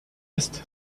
ist